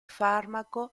farmaco